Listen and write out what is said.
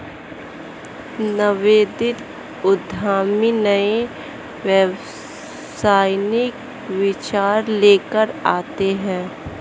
नवोदित उद्यमी नए व्यावसायिक विचार लेकर आते हैं